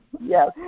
Yes